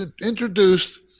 introduced